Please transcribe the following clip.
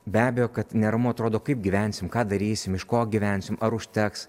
be abejo kad neramu atrodo kaip gyvensim ką darysim iš ko gyvensim ar užteks